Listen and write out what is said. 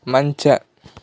ಮಂಚ